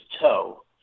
toe